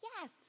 yes